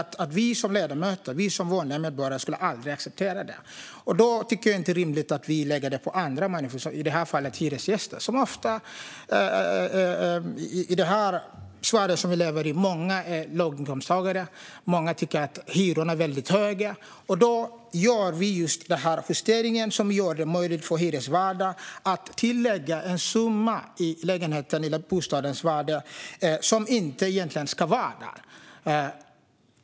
Vi som vanliga ledamöter och medborgare skulle aldrig acceptera detta, och därför tycker jag inte att det är rimligt att vi lägger det på andra människor - i det här fallet hyresgäster. I det Sverige vi lever i handlar det ofta om låginkomsttagare, och många tycker att hyrorna är väldigt höga. Ska vi då göra en justering som gör det möjligt för hyresvärdar att lägga till en summa till lägenhetens eller bostadens värde som egentligen inte ska vara där?